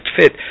fit